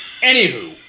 Anywho